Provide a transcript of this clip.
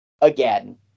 again